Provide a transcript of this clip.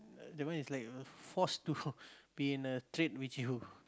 that one is like uh force to be in a trade which you